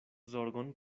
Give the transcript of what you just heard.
zorgon